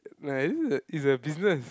it's a business